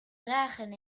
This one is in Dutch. dragen